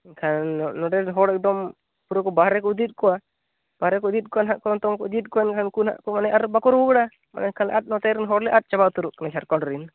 ᱦᱮᱸ ᱱᱚᱸᱰᱮ ᱨᱮᱱ ᱦᱚᱲ ᱮᱠᱫᱚᱢ ᱯᱩᱨᱟᱹᱠᱚ ᱵᱟᱨᱦᱮ ᱠᱚ ᱤᱫᱤᱭᱮᱫ ᱠᱚᱣᱟ ᱵᱟᱨᱦᱮᱠᱚ ᱤᱫᱤᱭᱮᱫ ᱠᱚᱣᱟ ᱱᱟᱦᱟᱜ ᱠᱚ ᱮᱠᱫᱚᱢ ᱠᱚ ᱤᱫᱤᱭᱮᱫ ᱠᱚᱣᱟ ᱮᱱᱠᱷᱟᱱ ᱩᱱᱠᱩ ᱦᱟᱸᱜ ᱢᱟᱱᱮ ᱟᱨ ᱵᱟᱠᱚ ᱨᱩᱣᱟᱹᱲᱟ ᱮᱱᱠᱷᱟᱱ ᱟᱫ ᱱᱚᱛᱮᱨᱮᱱ ᱦᱚᱲᱞᱮ ᱟᱫ ᱪᱟᱵᱟ ᱩᱛᱟᱹᱨᱚᱜ ᱠᱟᱱᱟ ᱡᱷᱟᱲᱠᱷᱚᱱᱰ ᱨᱮᱱ